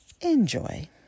enjoy